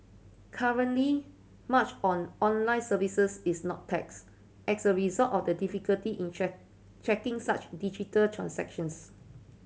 currently much on online services is not taxed as a result of the difficulty in tracking such digital transactions